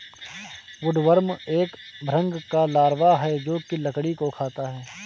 woodworm एक भृंग का लार्वा है जो की लकड़ी को खाता है